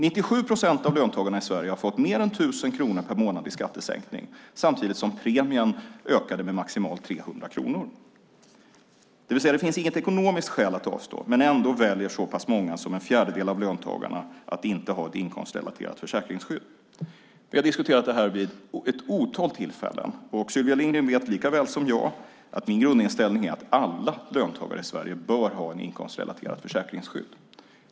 97 procent av löntagarna i Sverige har fått mer än 1 000 kronor per månad i skattesänkning samtidigt som premien ökade med maximalt 300 kronor. Det finns alltså inget ekonomiskt skäl att avstå, och ändå väljer så många som en fjärdedel av löntagarna att inte ha ett inkomstrelaterat försäkringsskydd. Vi har diskuterat det här vid ett otal tillfällen. Sylvia Lindgren vet likaväl som jag att min grundinställning är att alla löntagare i Sverige bör ha ett inkomstrelaterat försäkringsskydd.